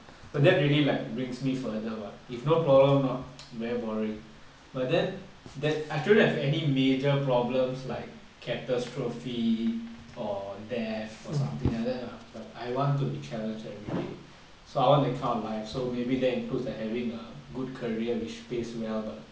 so that really like brings me further [what] if no problem very boring but then that I don't have like any major problems like catastrophe or death or something like that lah but I want to be challenged everyday so I want that kind of life so maybe that includes like having a good career which pays well but